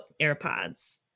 AirPods